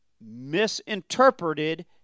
misinterpreted